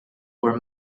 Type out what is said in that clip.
were